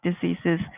diseases